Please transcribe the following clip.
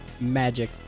Magic